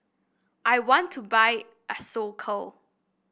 I want to buy Isocal